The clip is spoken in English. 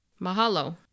Mahalo